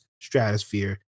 stratosphere